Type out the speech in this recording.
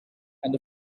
and